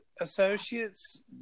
Associates